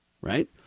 right